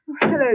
Hello